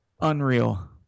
Unreal